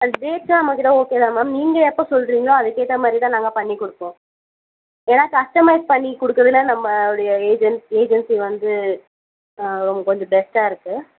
அந்த டேட்ஸ்லாம் நம்மகிட்ட ஓகே தான் மேம் நீங்கள் எப்போ சொல்கிறீங்களோ அதுக்கேற்றா மாதிரி தான் நாங்கள் பண்ணி கொடுப்போம் ஏன்னா கஸ்டமைஸ் பண்ணி கொடுக்குறதுல நம்மளுடைய ஏஜென் ஏஜென்சி வந்து ஆ கொஞ்சம் பெஸ்ட்டாக இருக்குது